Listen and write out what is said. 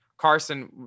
Carson